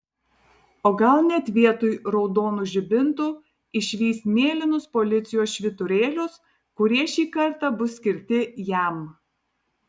o gal net vietoj raudonų žibintų išvys mėlynus policijos švyturėlius kurie šį kartą bus skirti jam